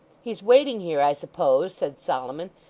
he's waiting here, i suppose said solomon,